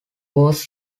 was